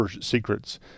secrets